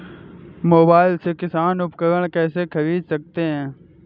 Mobile से किसान उपकरण कैसे ख़रीद सकते है?